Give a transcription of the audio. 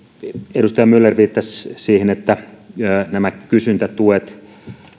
edustaja myller viittasi siihen että nämä kysyntätuet